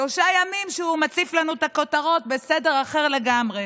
שלושה ימים שהוא מציף לנו את הכותרות בסדר אחר לגמרי.